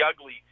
ugly